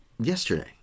Yesterday